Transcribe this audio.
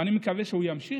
ואני מקווה שהוא ימשיך: